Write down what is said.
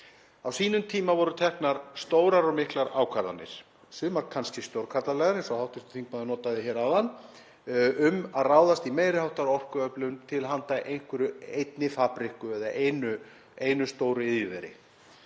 á sínum tíma voru teknar stórar og miklar ákvarðanir, sumar kannski stórkarlalegar eins og hv. þingmaður sagði áðan, um að ráðast í meiri háttar orkuöflun til handa einhverri einni fabrikku eða einu stóriðjuveri.